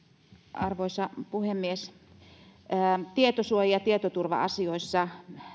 arvoisa puhemies tietosuoja ja tietoturva asioissa